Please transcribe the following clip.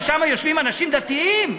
ששם יושבים אנשים דתיים,